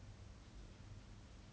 ya she just like came back